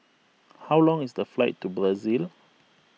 how long is the flight to Brazil